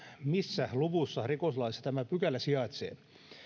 missä luvussa rikoslaissa tämä pykälä sijaitsee